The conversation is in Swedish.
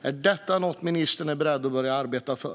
Är detta något ministern är beredd att börja arbeta för?